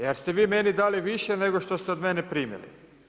Jer ste vi meni dali više nego što ste od mene primili.